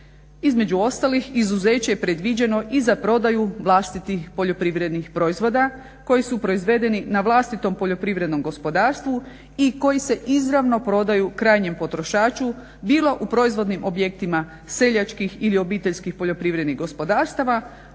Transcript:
Između ostalih izuzeće je predviđeno i za prodaju vlastitih poljoprivrednih proizvoda koji su proizvedeni na vlastitom poljoprivrednom gospodarstvu. I koji se izravno prodaju krajnjem potrošaču bilo u proizvodnim objektima seljačkih ili obiteljskih poljoprivrednih gospodarstava,